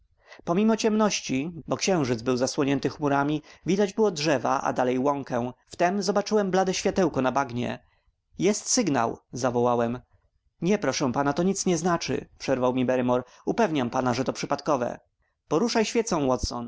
pomimo ciemności bo księżyc był zasłonięty chmurami widać było drzewa a dalej łąkę wtem zobaczyłem blade światełko na bagnie jest sygnał zawołałem nie proszę pana to nic nie znaczy przerwał mi barrymore upewniam pana że to przypadkowe poruszaj świecą